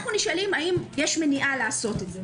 אנחנו נשאלים האם יש מניעה לעשות את זה.